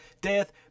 death